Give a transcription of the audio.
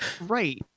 Right